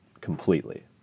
completely